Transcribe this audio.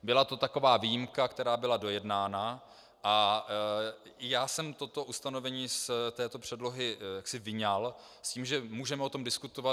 Byla to taková výjimka, která byla dojednána, a já jsem toto ustanovení z této předlohy jaksi vyňal s tím, že můžeme o tom diskutovat.